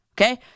Okay